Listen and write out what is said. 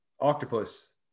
octopus